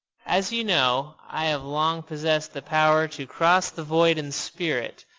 as you know i have long possessed the power to cross the void in spirit,